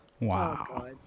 Wow